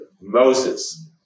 Moses